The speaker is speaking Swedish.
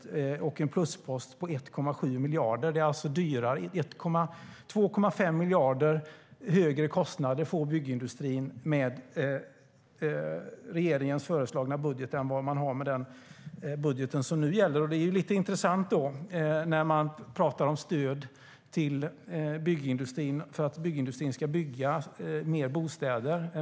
Det blir en pluspost på 1,7 miljarder. Byggindustrin får alltså 2,5 miljarder högre kostnader med regeringens föreslagna budget än vad den har med den budget som nu gäller. Det är ju lite intressant när man talar om stöd till byggindustrin för att byggindustrin ska bygga mer bostäder.